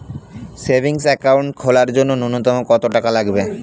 Savings account খোলার জন্য নূন্যতম কত টাকা লাগবে?